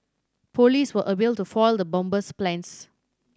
police were able to foil the bomber's plans